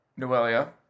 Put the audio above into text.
Noelia